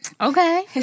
okay